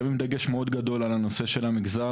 אנחנו שמים דגש גדול מאוד על נושא המגזר.